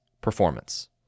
performance